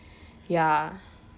ya